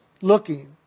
looking